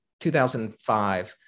2005